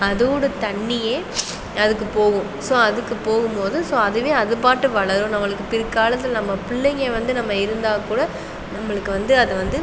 அதோடய தண்ணியே அதுக்கு போகும் சோ அதுக்கு போகும்போது சோ அதுவே அதுப்பாட்டு வளரும் நம்மளுக்கு பிற்காலத்தில் நம்ம பிள்ளைங்க வந்து நம்ம இருந்தால் கூட நம்மளுக்கு வந்து அது வந்து